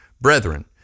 brethren